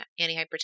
antihypertensive